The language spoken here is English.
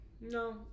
No